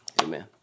amen